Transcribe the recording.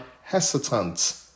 hesitant